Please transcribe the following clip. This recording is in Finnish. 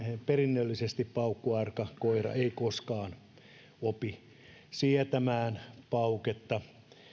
perinnöllisesti paukkuarka koira ei koskaan opi sietämään pauketta